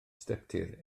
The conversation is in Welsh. stepdir